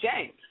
James